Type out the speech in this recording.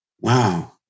wow